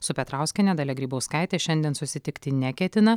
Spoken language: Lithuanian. su petrauskiene dalia grybauskaitė šiandien susitikti neketina